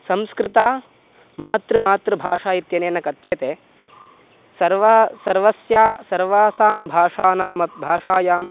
संस्कृतं मातृ मातृभाषा इत्यनेन कथ्यते सर्वा सर्वस्य सर्वासां भाषानां अपि भाषायां